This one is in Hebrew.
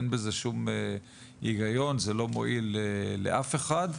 אין בזה שום היגיון וזה לא מועיל לאף אחד,